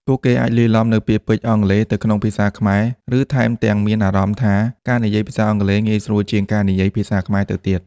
ពួកគេអាចលាយឡំនូវពាក្យពេចន៍អង់គ្លេសទៅក្នុងភាសាខ្មែរ ឬថែមទាំងមានអារម្មណ៍ថាការនិយាយភាសាអង់គ្លេសងាយស្រួលជាងការនិយាយភាសាខ្មែរទៅទៀត។